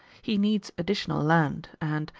he needs additional land and,